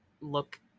look